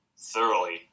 thoroughly